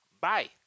bye